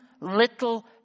little